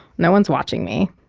no one's watching me.